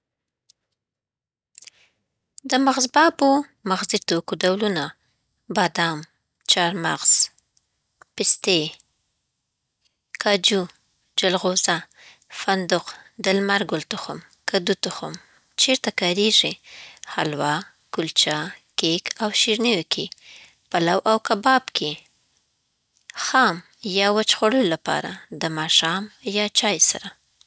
د مغزبابو يعنې مغذي توکو ډولونه: بادام چهارمغز پستې کاجو جلغوزه فندق د لمر ګل تخم کدو تخم چیرته کاریږي؟ حلوا، کلچه، کیک، او شیرینیو کې پلو او کباب کې خام یا وچه خوړلو لپاره، د ماښام یا چای سره.